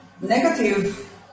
negative